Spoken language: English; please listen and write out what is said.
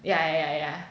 ya ya ya